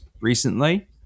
recently